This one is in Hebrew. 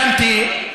תרגמתי.